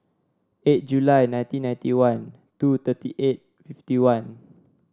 eight July nineteen ninety one two thirty eight fifty one